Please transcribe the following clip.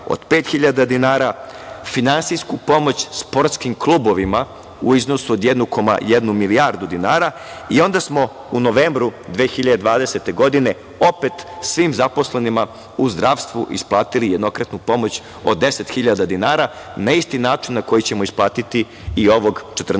od 5.000 dinara, finansijsku pomoć sportskim klubovima u iznosu od 1,1 milijardu dinara i onda smo u novembru 2020. godine opet svim zaposlenima u zdravstvu isplatili jednokratnu pomoć od 10.000 dinara, na isti način na koji ćemo isplatiti i ovog 14.